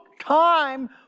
time